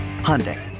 Hyundai